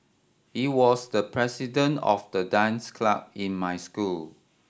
he was the president of the dance club in my school